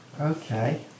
Okay